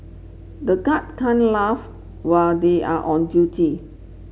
the guard can't laugh where they are on duty